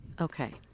Okay